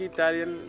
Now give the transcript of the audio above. Italian